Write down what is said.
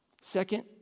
Second